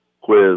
quiz